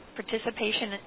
participation